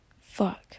Fuck